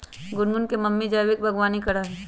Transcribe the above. गुनगुन के मम्मी जैविक बागवानी करा हई